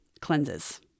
cleanses